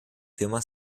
firma